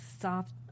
soft